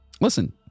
Listen